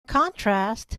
contrast